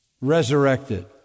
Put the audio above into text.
resurrected